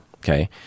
okay